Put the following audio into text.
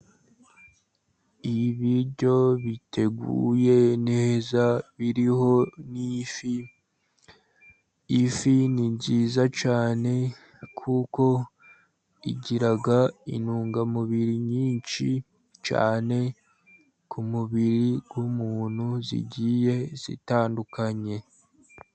Ibiryo biteguye neza biriho n'ifi. Ifi ni nziza cyane kuko igira intungamubiri nyinshi cyane, ku mubiri w'umuntu zigiye zitandukanye.